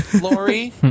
Lori